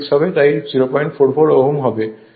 তাই 044 ওহম হয়